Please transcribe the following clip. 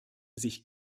sich